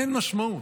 אין משמעות.